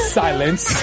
silence